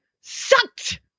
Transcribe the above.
sucked